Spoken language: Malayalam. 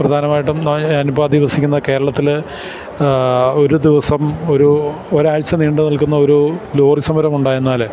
പ്രധാനമായിട്ടും ഞാനിപ്പോഴധിവസിക്കുന്ന കേരളത്തില് ആ ഒരു ദിവസം ഒരു ഒരാഴ്ച നീണ്ടു നിൽക്കുന്ന ഒരു ലോറിസമരം ഉണ്ടായെന്നാല്